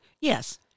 Yes